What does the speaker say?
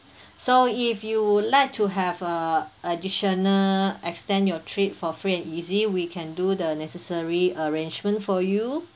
so if you would like to have a additional extend your trip for free and easy we can do the necessary arrangement for you